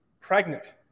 pregnant